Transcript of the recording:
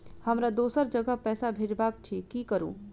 हमरा दोसर जगह पैसा भेजबाक अछि की करू?